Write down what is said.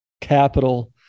Capital